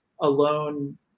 alone